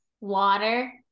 water